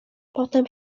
potem